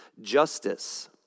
justice